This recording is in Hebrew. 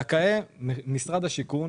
זכאי משרד השיכון,